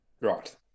Right